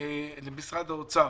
האוצר